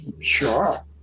Sure